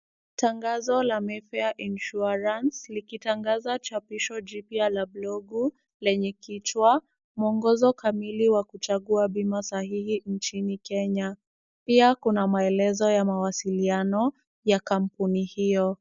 Tangazo la Mayfair Insurance, likitangaza chapisho jipya la blogu lenye kichwa, mwongozo kamili wa kuchagua bima sahihi nchini Kenya. Pia kuna maelezo ya mawasiliano ya kampuni hiyo.